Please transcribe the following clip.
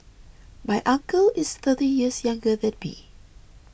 my uncle is thirty years younger than me